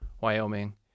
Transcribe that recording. Wyoming